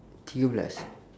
tiga belas